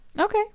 Okay